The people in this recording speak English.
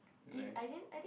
nice